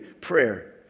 prayer